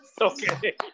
Okay